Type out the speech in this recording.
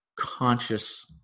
conscious